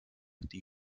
die